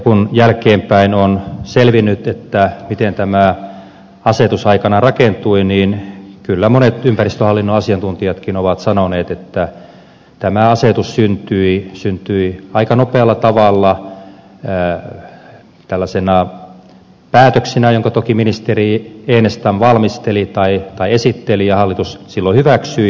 kun jälkeenpäin on selvinnyt miten tämä asetus aikanaan rakentui kyllä monet ympäristöhallinnon asiantuntijatkin ovat sanoneet että tämä asetus syntyi aika nopealla tavalla päätöksenä jonka toki ministeri enestam valmisteli tai esitteli ja hallitus hyväksyi